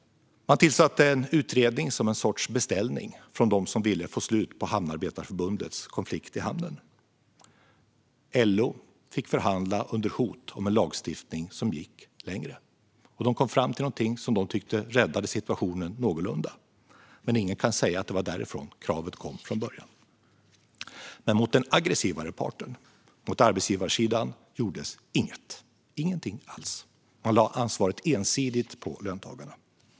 Man tillsatte en utredning som någon sorts beställning från dem som ville få slut på Hamnarbetarförbundets konflikt i hamnen. LO fick förhandla under hot om en lagstiftning som gick längre. De kom fram till något som de tyckte någorlunda räddade situationen, men ingen kan säga att det var därifrån kravet kom från början. Mot den aggressivare parten, arbetsgivarsidan, gjordes ingenting alls. Man lade ansvaret ensidigt på löntagarna.